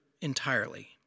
entirely